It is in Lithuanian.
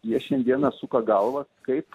jie šiandieną suka galvą kaip